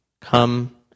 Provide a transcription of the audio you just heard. Come